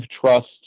trust